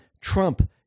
Trump